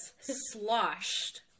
sloshed